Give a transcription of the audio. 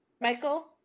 Michael